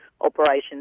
operations